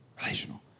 Relational